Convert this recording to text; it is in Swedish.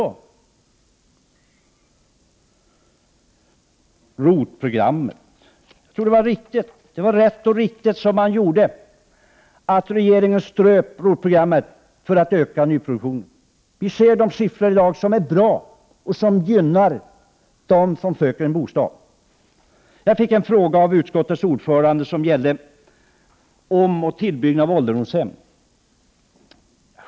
När det gäller ROT-programmet tror jag att det som gjordes var rätt och riktigt, nämligen att regeringen ströp ROT-programmet för att kunna öka nyproduktionen. De siffror som finns i dag är bra och gynnar den som söker en bostad. Jag fick en fråga av utskottets ordförande angående omoch tillbyggnad av ålderdomshem.